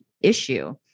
issue